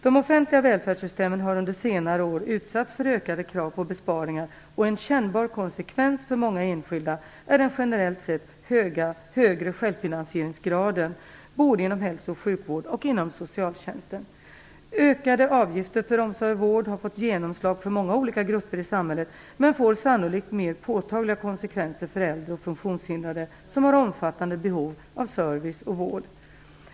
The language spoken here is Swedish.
De offentliga välfärdssystemen har under senare år utsatts för ökade krav på besparingar, och en kännbar konsekvens för många enskilda är den generellt sätt högre självfinansieringsgraden både inom hälsooch sjukvård och inom socialtjänsten. Ökade avgifter för omsorg och vård har fått genomslag för många olika grupper i samhället, men får sannolikt mer påtagliga konsekvenser för äldre och funktionshindrade, som har omfattande behov av service och vård.